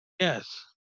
Yes